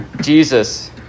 Jesus